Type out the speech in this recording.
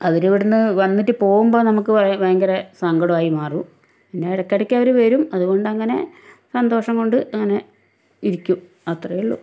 അവരിവിടുന്ന് വന്നിട്ട് പോകുമ്പം നമുക്ക് ഭയങ്കര സങ്കടായിട്ട് മാറും പിന്നെ ഇടയ്ക്കിടയ്ക്ക് അവര് വരും അതുകൊണ്ട് ഇങ്ങനെ സന്തോഷം കൊണ്ട് അങ്ങനെ ഇരിക്കും അത്രേയുള്ളു